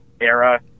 era